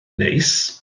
neis